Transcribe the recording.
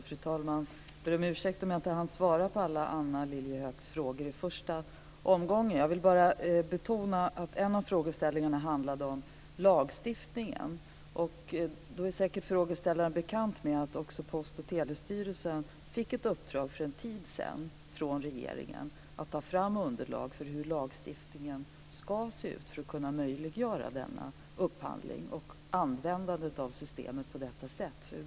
Fru talman! Jag ber om ursäkt för att jag inte hann svara på alla Anna Lilliehööks frågor i första omgången. Jag vill bara betona att en av frågeställningarna handlade om lagstiftningen. Frågeställaren är säkert bekant med att Post och telestyrelsen för en tid sedan också fick i uppdrag av regeringen att ta fram underlag för hur lagstiftningen ska se ut för att möjliggöra denna upphandling och användandet av systemet på detta sätt.